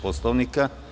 Poslovnika?